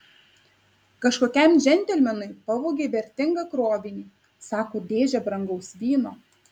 kažkokiam džentelmenui pavogė vertingą krovinį sako dėžę brangaus vyno